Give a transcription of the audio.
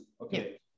okay